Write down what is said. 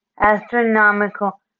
astronomical